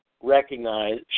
recognize